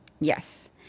Yes